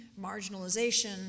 marginalization